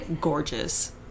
gorgeous